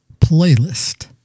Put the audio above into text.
Playlist